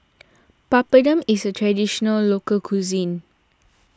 Papadum is a Traditional Local Cuisine